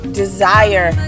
desire